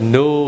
no